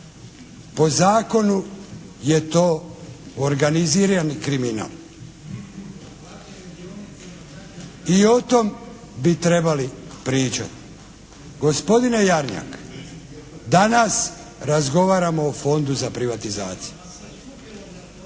Po zakonu je to organizirani kriminal. I o tom bi trebali pričati. Gospodine Jarnjak danas razgovaramo o Fondu za privatizaciju,